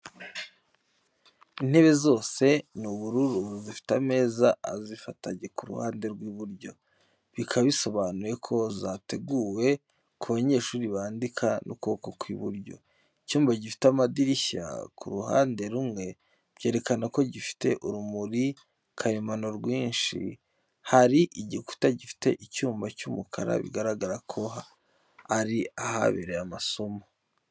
Intebe zose ni ubururu zifite ameza azifatanye ku ruhande rw'iburyo, bikaba bisobanuye ko zateguwe ku banyeshuri bandika n'ukuboko kw’iburyo. Icyumba gifite amadirishya ku ruhande rumwe, byerekana ko gifite urumuri karemano rwinshi, hari igikuta gifite icyuma cy’umukara bigaragaza ko ari ahabera amasomo.